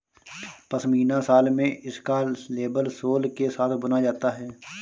pashmina shawl में इसका label सोल के साथ बुना जाता है